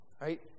Right